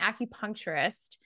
acupuncturist